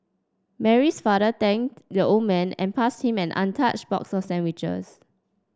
Mary's father thanked the old man and passed him an untouched box of sandwiches